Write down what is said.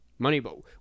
Moneyball